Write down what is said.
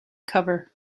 cover